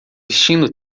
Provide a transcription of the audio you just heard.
vestindo